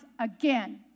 again